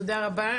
תודה רבה.